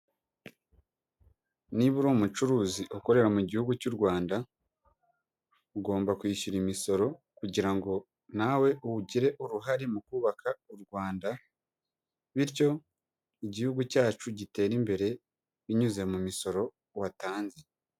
Niba uri umucuruzi ukorera mu gihugu cy'u Rwanda, ugomba kwishyura imisoro kugira ngo nawe ugire uruhare mu kubaka u Rwanda, bityo igihugu cyacu gitere imbere binyuze mu misoro watanze.